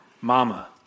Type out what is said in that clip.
Mama